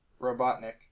Robotnik